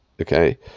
okay